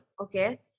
okay